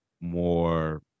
more